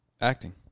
Acting